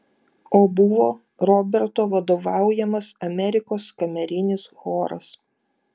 o buvo roberto vadovaujamas amerikos kamerinis choras